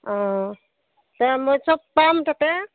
অঁ তেই মই চব পাম তাতে